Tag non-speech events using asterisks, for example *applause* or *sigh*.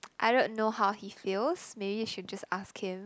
*noise* I don't know how he feels maybe you should just ask him